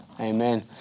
Amen